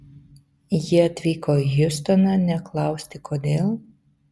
jie atvyko į hjustoną ne klausti kodėl